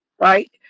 Right